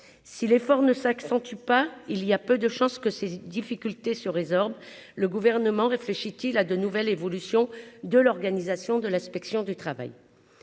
si l'effort ne s'accentue pas il y a peu de chances que ces difficultés se résorbent le gouvernement réfléchit-t-il à de nouvelles évolutions de l'organisation de l'inspection du travail,